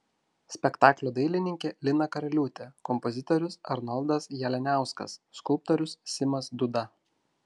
spektaklio dailininkė lina karaliūtė kompozitorius arnoldas jalianiauskas skulptorius simas dūda